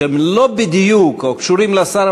שהן לא בדיוק קשורות לשר,